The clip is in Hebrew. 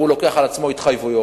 והוא לוקח על עצמו התחייבויות,